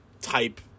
type